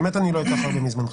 אני לא אקח הרבה מזמנך.